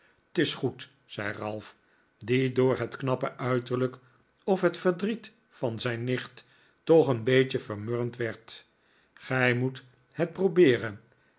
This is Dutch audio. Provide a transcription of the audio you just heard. t is goed zei ralph die door het knappe uiterlijk of het verdriet van zijn nicht toch een beetje vermurwd werd gij moet het probeeren